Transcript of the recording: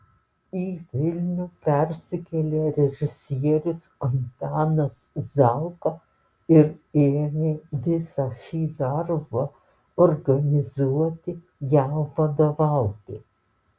į vilnių persikėlė režisierius antanas zauka ir ėmė visą šį darbą organizuoti jam vadovauti